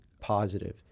positive